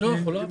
כן.